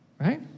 right